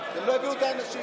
איפה החתימות?